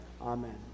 Amen